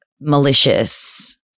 malicious